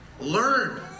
Learn